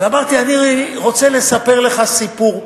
ואמרתי: אני רוצה לספר לך סיפור.